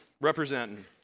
representing